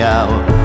out